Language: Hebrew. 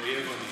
מתחייב אני